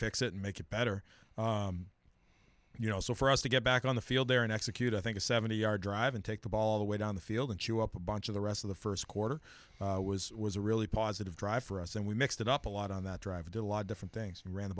fix it and make it better you know so for us to get back on the field there and execute i think a seventy yard drive and take the ball the way down the field and chew up a bunch of the rest of the first quarter was was a really positive drive for us and we mixed it up a lot on that drive did a lot of different things and r